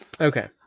Okay